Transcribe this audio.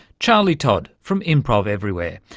charlie todd from improv everywhere.